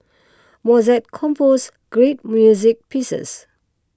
Mozart composed great music pieces